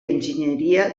enginyeria